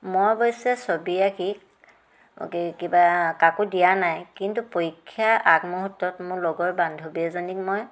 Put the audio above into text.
মই অৱশ্যে ছবি আঁকি কিবা কাকো দিয়া নাই কিন্তু পৰীক্ষাৰ আগমুহূৰ্তত মোৰ লগৰ বান্ধৱী এজনীক মই